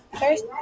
first